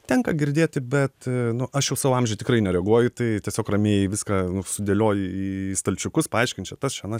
tenka girdėti bet nu aš jau savo amžiuj tikrai nereaguoju tai tiesiog ramiai viską sudėlioju į stalčiukus paaiškinu čia tas čia anas